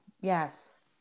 Yes